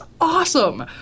awesome